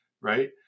Right